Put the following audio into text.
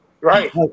right